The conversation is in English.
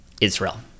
Israel